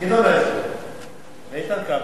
גדעון עזרא ואיתן כבל,